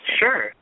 Sure